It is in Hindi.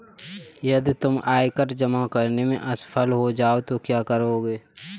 यदि तुम आयकर जमा करने में असफल हो जाओ तो क्या करोगे?